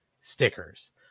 stickers